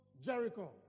Jericho